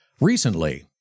Recently